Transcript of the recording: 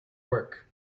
work